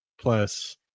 plus